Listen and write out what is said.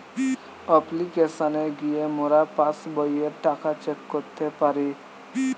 অপ্লিকেশনে গিয়ে মোরা পাস্ বইয়ের টাকা চেক করতে পারি